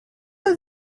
are